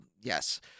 yes